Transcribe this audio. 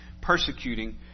persecuting